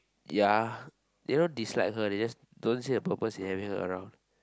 ya they don't dislike her they just don't see the purpose in having around